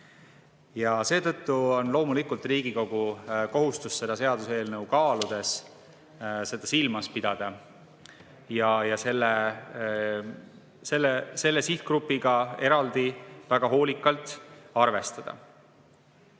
Ja seetõttu on loomulikult Riigikogu kohustus seda seaduseelnõu kaaludes seda silmas pidada ja selle sihtgrupiga eraldi väga hoolikalt arvestada.